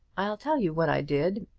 i'll tell you what i did.